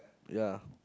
ya